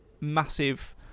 massive